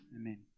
Amen